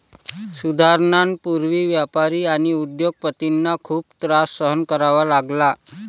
सुधारणांपूर्वी व्यापारी आणि उद्योग पतींना खूप त्रास सहन करावा लागला